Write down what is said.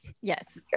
Yes